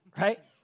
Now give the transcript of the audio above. right